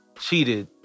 cheated